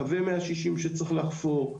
קווי 160 שצריך לחפור,